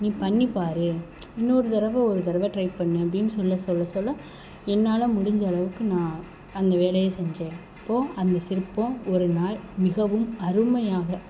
நீ பண்ணிப் பார் இன்னொரு தடவை ஒரு தடவை ட்ரை பண்ணு அப்படின்னு சொல்ல சொல்ல சொல்ல என்னால் முடிஞ்ச அளவுக்கு நான் அந்த வேலையை செஞ்சேன் அப்போ அந்த சிற்பம் ஒரு நாள் மிகவும் அருமையாக